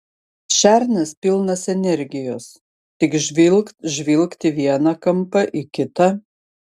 šernas pilnas energijos tik žvilgt žvilgt į vieną kampą į kitą